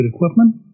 equipment